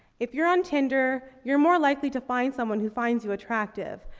if you're on tinder, you're more likely to find someone who finds you attractive,